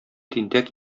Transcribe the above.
тинтәк